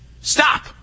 stop